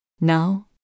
Now